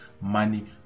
money